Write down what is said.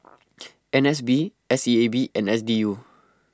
N S B S E A B and S D U